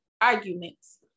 arguments